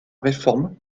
réforme